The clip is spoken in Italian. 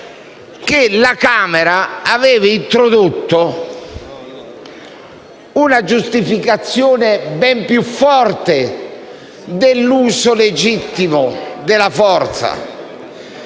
la Camera aveva introdotto una giustificazione ben più forte dell'uso legittimo della forza.